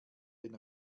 den